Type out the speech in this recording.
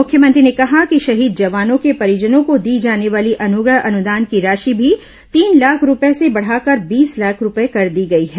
मुख्यमंत्री कहा कि शहीद जवानों के परिजनो को दी जाने वाली अनुग्रह अनुदान की राशि भी तीन लाख रूपए से बढ़ाकर बीस लाख रूपए कर दी गई है